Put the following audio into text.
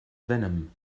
venom